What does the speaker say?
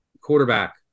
quarterback